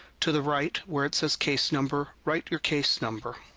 to the right where it says case number, write your case number.